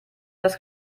das